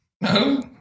No